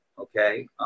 okay